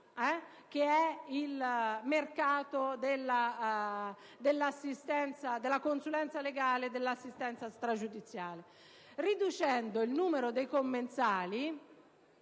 che è il mercato della consulenza legale e dell'assistenza stragiudiziale: riducendo il numero dei commensali